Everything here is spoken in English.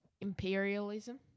Imperialism